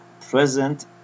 present